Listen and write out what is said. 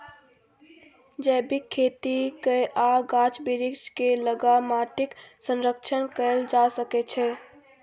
जैबिक खेती कए आ गाछ बिरीछ केँ लगा माटिक संरक्षण कएल जा सकै छै